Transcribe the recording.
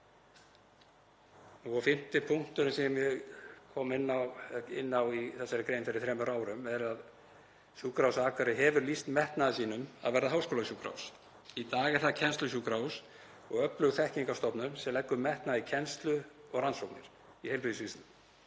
Fimmti punkturinn sem ég kom inn á í þessari grein fyrir þremur árum er að Sjúkrahúsið á Akureyri hefur lýst metnaði sínum til að verða háskólasjúkrahús. Í dag er það kennslusjúkrahús og öflug þekkingarstofnun sem leggur metnað í kennslu og rannsóknir í heilbrigðisvísindum.